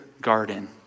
garden